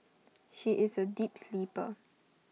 she is A deep sleeper